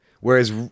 Whereas